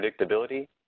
predictability